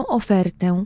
ofertę